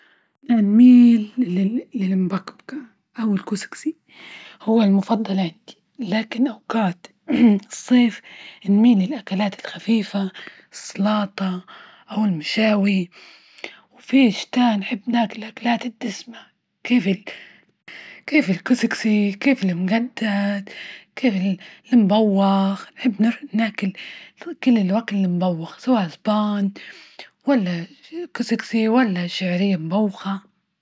أنا نميل للمبقبقة أو الكسكسي هو المفضل عندي، لكن أوقات صيف نميل الأكلات الخفيفة سلاطة أو المشاوي، وفيه إيش تاني نحب ناكل الأكلات الدسمة، كيف كيف الكسكسي، كيف المجدل كيف المبوخ نحب ناكل كل الأكل المبوخ، سواء سبان ولا كسكسي ولا شعرية مبوخة.